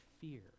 fear